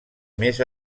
més